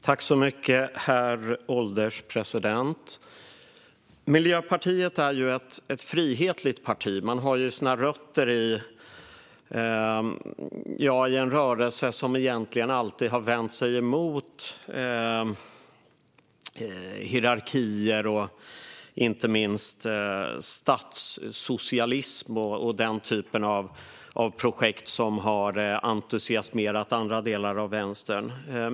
Herr ålderspresident! Miljöpartiet är ett frihetligt parti. Det har sina rötter i en rörelse som egentligen alltid har vänt sig emot hierarkier, inte minst statssocialism och det slags projekt som har entusiasmerat andra delar av vänstern.